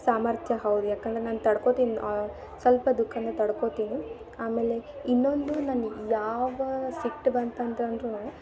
ಸಾಮರ್ಥ್ಯ ಹೌದು ಯಾಕಂದ್ರೆ ನಾನು ತಡ್ಕೊತೀನಿ ಸ್ವಲ್ಪ ದುಃಖವೂ ತಡ್ಕೊತೀನಿ ಆಮೇಲೆ ಇನ್ನೊಂದು ನನ್ನ ಯಾವ ಸಿಟ್ಟು ಬಂತಂತ ಅಂದರೂ